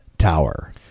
Tower